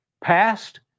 Past